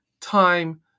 time